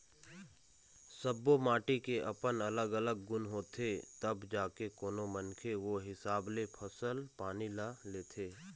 सब्बो माटी के अपन अलग अलग गुन होथे तब जाके कोनो मनखे ओ हिसाब ले फसल पानी ल लेथे